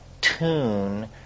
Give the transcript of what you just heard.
tune